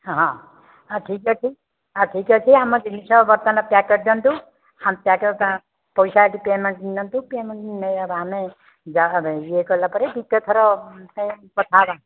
ହଁ ଆଉ ଠିକ୍ଅଛି ଆଉ ଠିକ୍ଅଛି ଆମ ଜିନିଷ ବର୍ତ୍ତମାନ ପ୍ୟାକ୍ କରିଦିଅନ୍ତୁ ଆମେ ପ୍ୟାକ୍ ପ ପଇସା ଯଦି ପେମେଣ୍ଟ୍ ନେବେ ପେମେଣ୍ଟ୍ ନିଅନ୍ତୁ ଆମେ ଯାହା ଇଏ କଲା ପରେ ଦ୍ଵିତୀୟ ଥର କଥା ହବା